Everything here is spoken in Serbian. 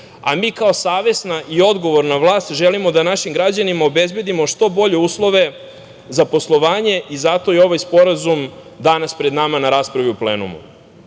a mi kao savesna i odgovorna vlast želimo da našim građanima obezbedimo što bolje uslove za poslovanje i zato je i ovaj sporazum danas pred nama na raspravi u plenumu. Nekoliko